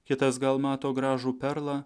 kitas gal mato gražų perlą